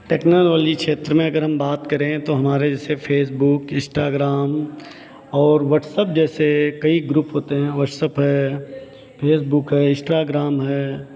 technology क्षेत्र में अगर हम बात करें तो हमारे जैसे फ़ेसबुक इंस्टाग्राम और वाट्सअप जैसे कई ग्रुप होते हैं वाट्सअप है फेसबुक है इंस्टाग्राम है